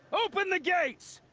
open the gates.